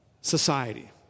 society